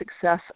success